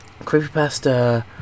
creepypasta